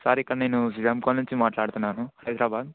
sir ఇక్కడ నేను Sriram colony నుంచి మాట్లాడుతున్నాను హైదరాబాద్